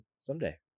someday